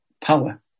power